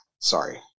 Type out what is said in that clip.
Sorry